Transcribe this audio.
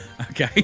Okay